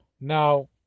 now